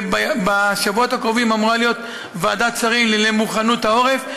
ובשבועות הקרובים אמורה להיות ועדת שרים למוכנות העורף,